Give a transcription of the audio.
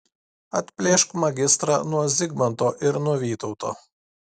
atplėšk magistrą nuo zigmanto ir nuo vytauto